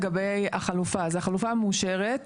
האחריות מהמשרד לביטחון לאומי למשרד הביטחון,